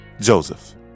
Joseph